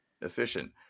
efficient